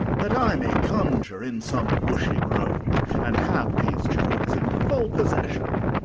that i may conjure in some bushy grove, and have these joys in full possession.